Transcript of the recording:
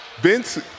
Vince